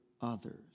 others